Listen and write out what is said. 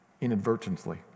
inadvertently